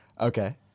Okay